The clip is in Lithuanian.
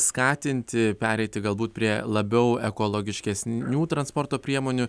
skatinti pereiti galbūt prie labiau ekologiškesnių transporto priemonių